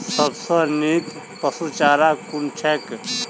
सबसँ नीक पशुचारा कुन छैक?